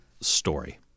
story